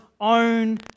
own